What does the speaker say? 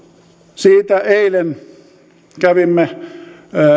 siitä eilen kävimme